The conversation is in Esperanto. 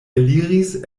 eliris